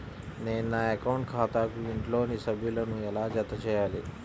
నేను నా అకౌంట్ ఖాతాకు ఇంట్లోని సభ్యులను ఎలా జతచేయాలి?